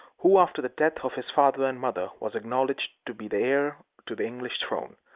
who, after the death of his father and mother, was acknowledged to be the heir to the english throne,